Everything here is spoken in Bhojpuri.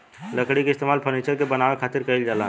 लकड़ी के इस्तेमाल फर्नीचर के बानवे खातिर कईल जाला